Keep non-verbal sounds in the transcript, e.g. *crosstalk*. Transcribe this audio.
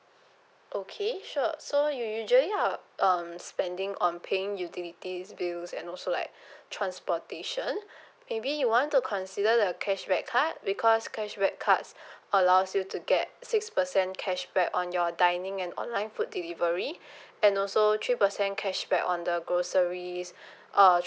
okay sure so you usually are um spending on paying utilities bills and also like *breath* transportation *breath* maybe you want to consider the cashback card because cashback cards *breath* allows you to get six percent cashback on your dining and online food delivery *breath* and also three percent cashback on the groceries *breath* uh